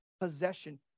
possession